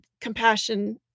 compassion